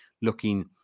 looking